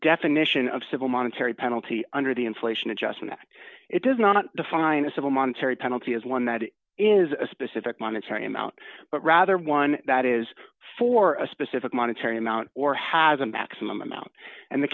definition of civil monetary penalty under the inflation adjustment act it does not define a civil monetary penalty as one that is a specific monetary amount but rather one that is for a specific monetary amount or has a maximum amount and the